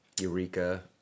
Eureka